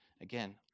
Again